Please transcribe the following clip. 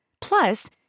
Plus